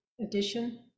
edition